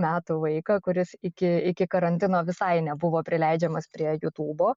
metų vaiką kuris iki iki karantino visai nebuvo prileidžiamas prie jūtūbo